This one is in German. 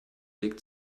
liegt